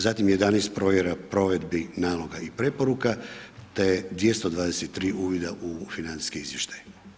Zatim 11 provjera provedbi naloga i preporuka te 223 uvida u financijski izvještaj.